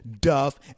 Duff